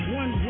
one